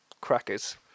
crackers